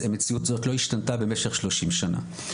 המציאות הזאת לא השתנתה במשך 30 שנה.